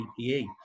PPE